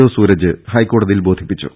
O Sooraj ഹൈക്കോടതിയിൽ ബോധിപ്പിച്ചു